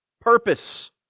purpose